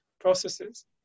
processes